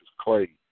Clay